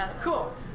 Cool